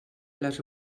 les